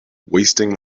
wasting